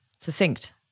succinct